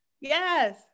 Yes